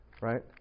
right